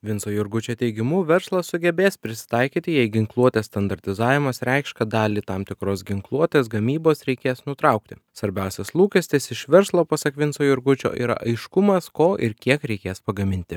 vinco jurgučio teigimu verslas sugebės prisitaikyti jei ginkluotės standartizavimas reikš kad dalį tam tikros ginkluotės gamybos reikės nutraukti svarbiausias lūkestis iš verslo pasak vinco jurgučio yra aiškumas ko ir kiek reikės pagaminti